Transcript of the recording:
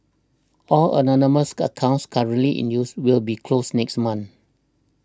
all anonymous accounts currently in use will be closed next month